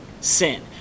sin